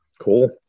Cool